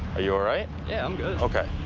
you all right? yeah, i'm good. ok.